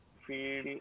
feel